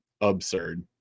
Absurd